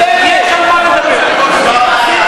יש על מה לדבר.